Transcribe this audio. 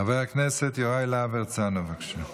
חבר הכנסת יוראי להב הרצנו, בבקשה.